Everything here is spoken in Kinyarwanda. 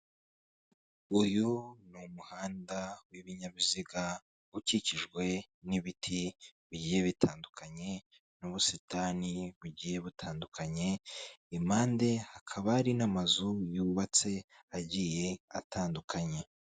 Uyu ni umuhanda w'ibinyabiziga ukikijwe n'ibiti bigiye bitandukanye n'ubusitani bugiye butandukanye, impande hakaba hari n'amazu yubatse agiye atandukanye.